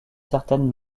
certaines